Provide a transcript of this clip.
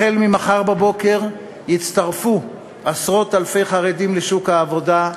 ממחר בבוקר יצטרפו עשרות אלפי חרדים לשוק העבודה,